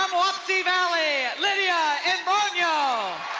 wapsie valley, lydia imbrogno.